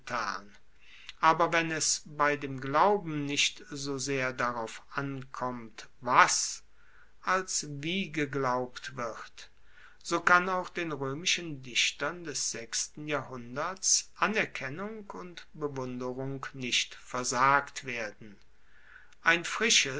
aber wenn es bei dem glauben nicht so sehr darauf ankommt was als wie geglaubt wird so kann auch den roemischen dichtern des sechsten jahrhunderts anerkennung und bewunderung nicht versagt werden ein frisches